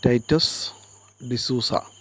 Titus D'Souza